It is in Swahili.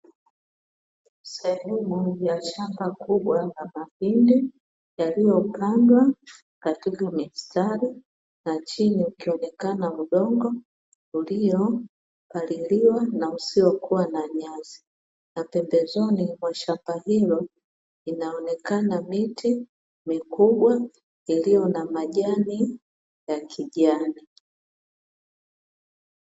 Sehemu ya shamba kubwa la mahindi yaliyopandwa katika mistari, na chini ukionekana udongo uliopaliliwa na usiokuwa nanyasi na pembezoni mwa shamba hilo inaonekana miti mikubwa iliyo na majani ya kijani.